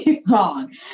song